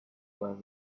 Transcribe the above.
was